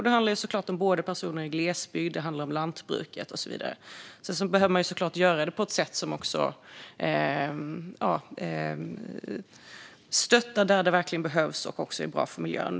Det handlar såklart om personer i glesbygd, om lantbruket och så vidare. Sedan behöver man göra detta på ett sätt så att man stöttar där det verkligen behövs och så att det är bra för miljön.